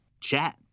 chat